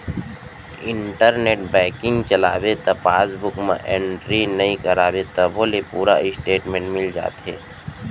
internet banking चलाबे त passbook म एंटरी नइ कराबे तभो ले पूरा इस्टेटमेंट मिल जाथे